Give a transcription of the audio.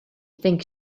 think